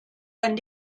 ein